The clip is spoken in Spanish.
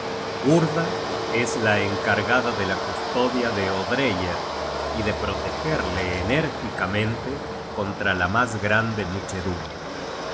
urda es la encargada de la custodia de odreyer y de protegerle enérgicamente contra la mas grande muchedumbre por eso